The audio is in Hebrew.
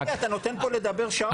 אדוני, אתה נותן פה לדבר שעות.